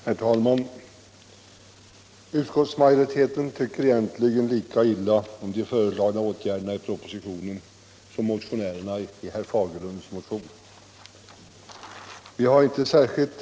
Herr talman! Utskottsmajoriteten tycker egentligen lika illa om de i propositionen föreslagna åtgärderna som herr Fagerlund och hans medmotionärer.